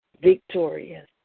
victorious